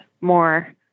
more